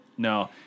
No